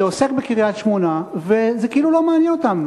שעוסק בקריית-שמונה, כאילו זה לא מעניין אותם.